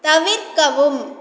தவிர்க்கவும்